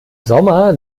sommer